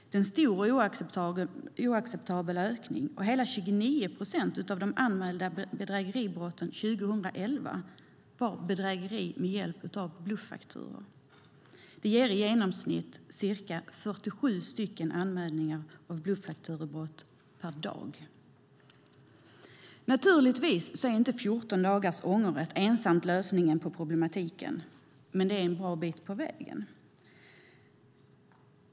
Det är en stor och oacceptabel ökning. Hela 29 procent av de anmälda bedrägeribrotten 2011 var bedrägerier med hjälp av bluffakturor. Det ger i genomsnitt ca 47 anmälningar av bluffakturebrott per dag. Naturligtvis är inte 14 dagars ångerrätt ensamt lösningen på problematiken, men man kommer en bra bit på väg.